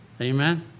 Amen